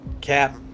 Cap